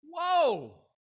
Whoa